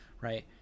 right